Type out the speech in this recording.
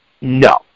No